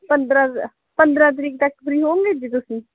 ਪੰਦਰ੍ਹਾਂ ਪੰਦਰ੍ਹਾਂ ਤਰੀਕ ਤੱਕ ਫਰੀ ਹੋਉਂਗੇ ਜੀ ਤੁਸੀਂ